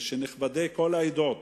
כשנכבדי כל העדות,